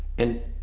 and,